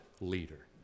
leader